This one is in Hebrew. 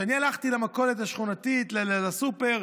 כשאני הלכתי למכולת השכונתית, לסופר,